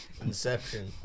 Inception